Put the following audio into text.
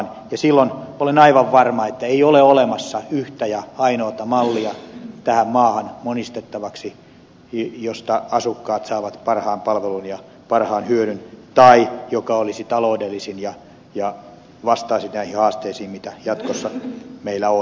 ja silloin olen aivan varma että ei ole olemassa yhtä ja ainoata mallia tähän maahan monistettavaksi josta asukkaat saavat parhaan palvelun ja parhaan hyödyn tai joka olisi taloudellisin ja vastaisi näihin haasteisiin mitä jatkossa meillä on